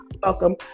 welcome